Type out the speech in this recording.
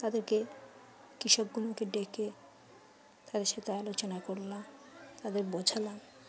তাদেরকে কৃষকগুলোকে ডেকে তাদের সাথে আলোচনা করলাম তাদের বোঝালাম